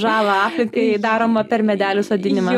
žalą aplinkai daromą per medelių sodinimą